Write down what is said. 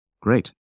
Great